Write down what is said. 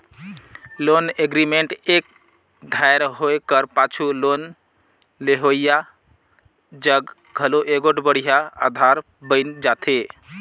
loan agreement एक धाएर होए कर पाछू लोन लेहोइया जग घलो एगोट बड़िहा अधार बइन जाथे